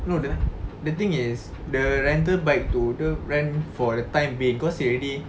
no the the thing is the rental bike tu dia rent for the time being cause he already